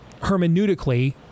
hermeneutically